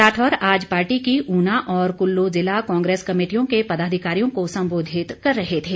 राठौर आज पार्टी की ऊना और कुल्लू जिला कांग्रेस कमेटियों के पदाधिकारियों को संबोधित कर रहे थे